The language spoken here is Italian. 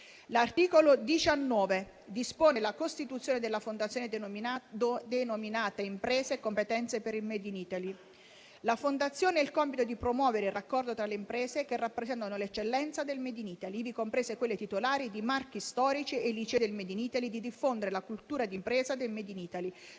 L'articolo 19 dispone la costituzione della Fondazione denominata Imprese e competenze per il *made in Italy*. La Fondazione ha il compito di promuovere il raccordo tra le imprese che rappresentano l'eccellenza del *made in Italy*, ivi comprese quelle titolari di marchi storici, e i licei del *made in Italy,* di diffondere la cultura d'impresa del *made in Italy*